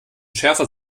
schärfer